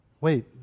wait